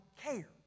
care